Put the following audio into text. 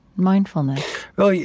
mindfulness well, yeah